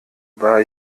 war